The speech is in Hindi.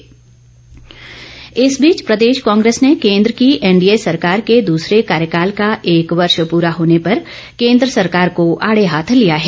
कांग्रे स इस बीच प्रदेश कांग्रेस ने केन्द्र की एनडीए सरकार के दूसरे कार्यकाल का एक वर्ष पूरा होने पर केन्द्र सरकार को आड़े हाथ लिया है